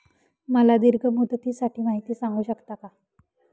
मला दीर्घ मुदतीसाठी माहिती सांगू शकता का?